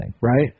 right